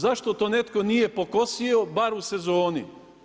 Zašto to netko nije pokosio bar u sezoni?